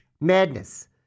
madness